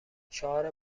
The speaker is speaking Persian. شعار